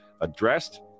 addressed